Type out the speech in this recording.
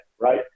right